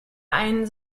einen